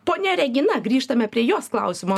ponia regina grįžtame prie jos klausimo